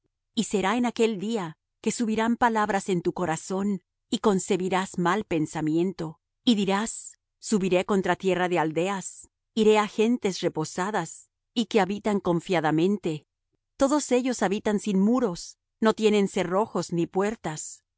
y será en aquel día que subirán palabras en tu corazón y concebirás mal pensamiento y dirás subiré contra tierra de aldeas iré á gentes reposadas y que habitan confiadamente todos ellos habitan sin muros no tienen cerrojos ni puertas